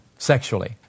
sexually